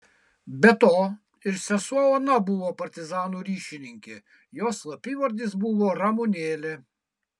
be to ir sesuo ona buvo partizanų ryšininkė jos slapyvardis buvo ramunėlė